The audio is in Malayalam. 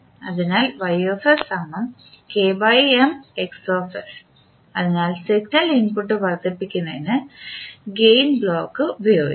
അതിനാൽ അതിനാൽ സിഗ്നൽ ഇൻപുട്ട് വർദ്ധിപ്പിക്കുന്നതിന് ഗെയിൻ ബ്ലോക്ക് ഉപയോഗിക്കുന്നു